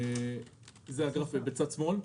זה הגרף בצד שמאל.